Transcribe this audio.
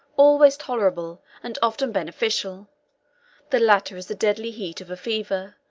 always tolerable, and often beneficial the latter is the deadly heat of a fever,